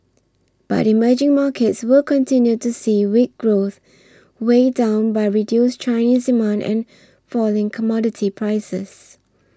but emerging markets will continue to see weak growth weighed down by reduced Chinese demand and falling commodity prices